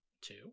two